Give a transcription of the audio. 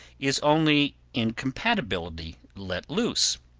is only incompatibility let loose.